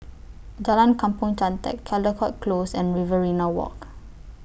Jalan Kampong Chantek Caldecott Close and Riverina Walk